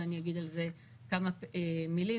ואגיד על זה כמה מילים.